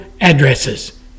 addresses